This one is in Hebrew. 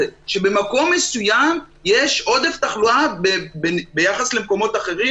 שבמקום מסוים יש עודף תחלואה ביחס למקומות אחרים.